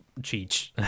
cheech